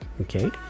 Okay